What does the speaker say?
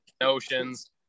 notions